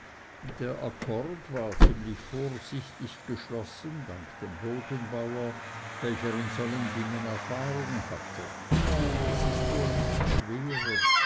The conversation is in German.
der akkord war ziemlich vorsichtig geschlossen dank dem bodenbauer welcher in solchen dingen erfahrung hatte es ist wohl nichts schwerer